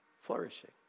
flourishing